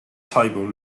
table